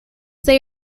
they